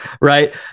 Right